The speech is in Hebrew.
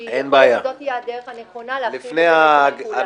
כי זו תהיה הדרך הנכונה להחיל את זה על כולם.